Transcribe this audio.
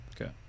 Okay